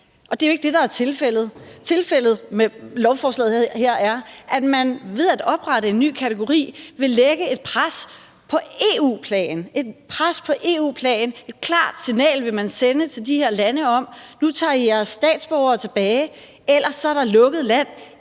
Det er jo ikke det, der er tilfældet. Tilfældet med lovforslaget her er, at man ved at oprette en ny kategori vil lægge et pres på EU-plan; et klart signal vil man sende til de her lande: Nu tager I jeres statsborgere tilbage, ellers er der lukket land,